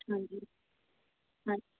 ਹਾਂਜੀ ਹਾਂ